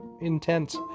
intense